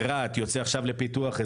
רהט יוצא עכשיו לפיתוח.